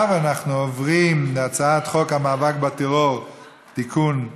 נספחות.] ועכשיו אנחנו עוברים להצעת חוק המאבק בטרור (תיקון),